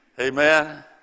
Amen